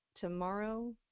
tomorrow